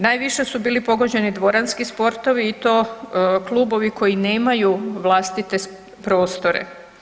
Najviše su bili pogođeni dvoranski sportovi i to klubovi koji nemaju vlastite prostore.